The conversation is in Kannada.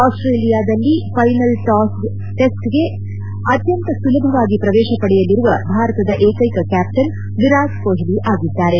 ಆಸ್ವೇಲಿಯಾದಲ್ಲಿ ಫೈನಲ್ ಟಿಸ್ಟ್ಗೆ ಅತ್ಯಂತ ಸುಲಭವಾಗಿ ಪ್ರವೇಶ ಪಡೆಯಲಿರುವ ಭಾರತದ ಏಕ್ಶೆಕ ಕ್ಯಾಪ್ಷನ್ ವಿರಾಟ್ ಕೋಹ್ಲಿ ಆಗಿದ್ದಾರೆ